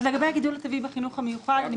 לגבי הגידול הטבעי בחינוך המיוחד אני